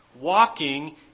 walking